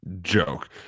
joke